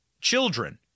children